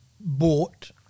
bought